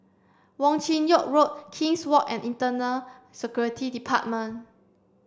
wong Chin Yoke Road King's Walk and Internal Security Department